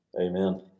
Amen